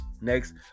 next